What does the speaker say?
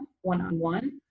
one-on-one